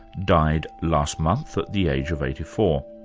died last month at the age of eighty four.